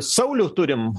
saulių turim